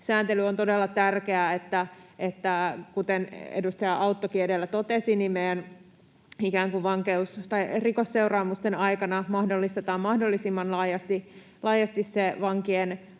sääntely. On todella tärkeää, kuten edustaja Auttokin edellä totesi, että me rikosseuraamusten aikana mahdollistetaan mahdollisimman laajasti se vankien